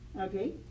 okay